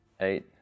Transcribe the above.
eight